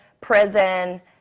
prison